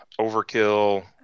Overkill